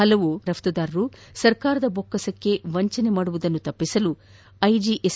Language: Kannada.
ಹಲವು ವಂಚಕ ರಫ್ತದಾರರು ಸರ್ಕಾರದ ಬೊಕ್ಕಸಕ್ಕೆ ವಂಚನೆ ಮಾಡುವುದನ್ನು ತಪ್ಪಿಸಲು ಐಜಿಎಸ್